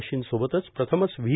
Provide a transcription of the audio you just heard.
machine सोबत प्रथमच V